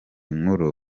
nkuru